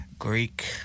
Greek